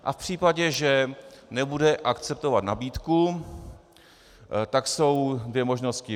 A v případě, že nebude akceptovat nabídku, tak jsou dvě možnosti.